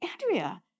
Andrea